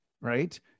right